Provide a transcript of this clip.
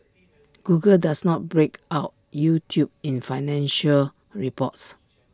Google does not break out YouTube in financial reports